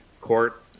court